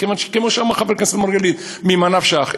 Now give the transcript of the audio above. כיוון שכמו שאמר חבר הכנסת מרגלית: ממה נפשך?